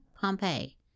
pompeii